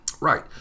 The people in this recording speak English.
Right